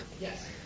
Yes